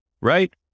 right